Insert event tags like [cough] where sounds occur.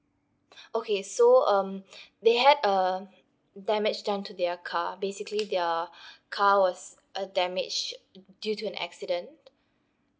[breath] okay so um [breath] they had a damage done to their car basically their [breath] car was uh damage due to an accident